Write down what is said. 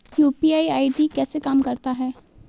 UPI ID कैसे काम करता है?